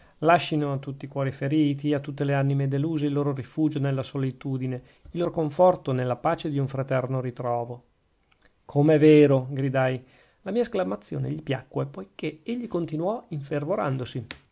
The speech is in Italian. lascino a tutti i cuori feriti a tutte le anime deluse il loro rifugio nella solitudine il loro conforto nella pace di un fraterno ritrovo come è vero gridai la mia esclamazione gli piacque poichè egli continuò infervorandosi